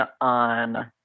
on